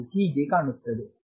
ಅದು ಹೀಗೆ ಕಾಣುತ್ತದೆ